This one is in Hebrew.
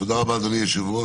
תודה רבה, אדוני היושב-ראש.